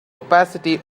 opacity